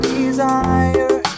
desire